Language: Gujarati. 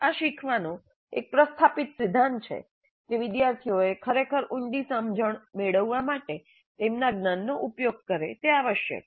આ શીખવાનો એક પ્રસ્થાપિત સિદ્ધાંત છે કે વિદ્યાર્થીઓએ ખરેખર ઉંડી સમજણ મેળવવા માટે તેમના જ્ઞાનનો ઉપયોગ કરે તે આવશ્યક છે